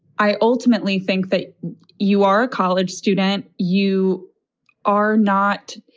i ultimately think that you are a college student. you are not.